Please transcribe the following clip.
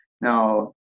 Now